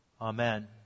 Amen